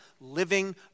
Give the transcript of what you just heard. living